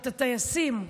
את הטייסים,